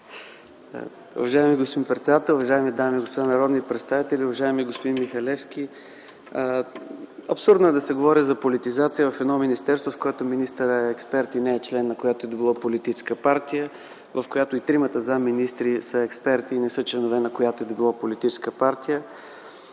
Уважаеми господин председател, уважаеми дами и господа народни представители, уважаеми господин Михалевски! Абсурдно е да се говори за политизация в министерство, в което министърът е експерт и не е член на която и да било политическа партия, в което и тримата заместник-министри са експерти и не са членове на която и да било политическа партия.